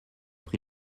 pris